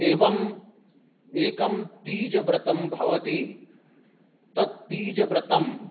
एवम् एकं तीजव्रतं भवति तद् तीजव्रतं